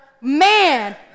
Man